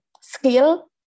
skill